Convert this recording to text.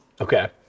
okay